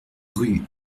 rue